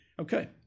okay